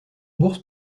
bourse